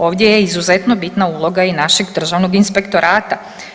Ovdje je izuzetno bitna uloga i našeg Državnog inspektorata.